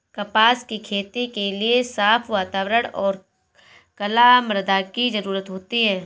कपास की खेती के लिए साफ़ वातावरण और कला मृदा की जरुरत होती है